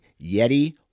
Yeti